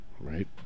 Right